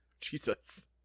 Jesus